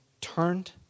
turned